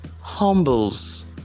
humbles